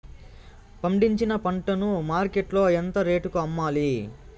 పండించిన పంట ను మార్కెట్ లో ఎంత రేటుకి అమ్మాలి?